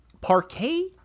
Parquet